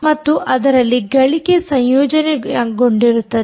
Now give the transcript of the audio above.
ಮತ್ತು ಅದರಲ್ಲಿ ಗಳಿಕೆ ಸಂಯೋಜನೆಗೊಂಡಿರುತ್ತದೆ